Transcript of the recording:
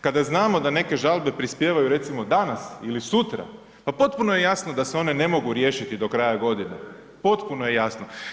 Kada znamo da neke žalbe prispijevaju recimo danas ili sutra pa potpuno je jasno da se one ne mogu riješiti do kraja godine, potpuno je jasno.